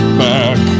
back